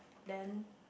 then